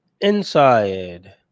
inside